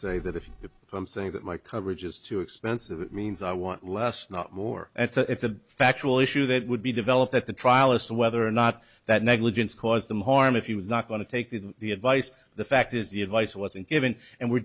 say that if the from saying that my coverage is too expensive it means i want less not more it's a factual issue that would be developed at the trial as to whether or not that negligence caused them harm if he was not going to take the advice the fact is the advice wasn't given and we're